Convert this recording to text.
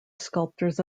sculptors